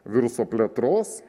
viruso plėtros